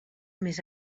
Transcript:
més